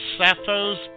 Sappho's